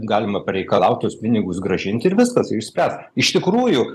galima pareikalaut tuos pinigus grąžint ir viskas ir išsispręs iš tikrųjų